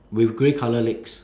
with grey colour legs